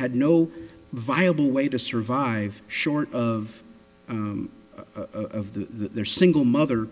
had no viable way to survive short of of the their single mother